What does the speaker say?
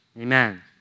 Amen